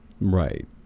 Right